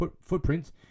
footprints